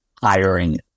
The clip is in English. hiring